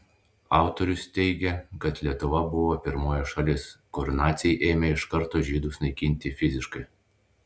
autorius teigia kad lietuva buvo pirmoji šalis kur naciai ėmė iš karto žydus naikinti fiziškai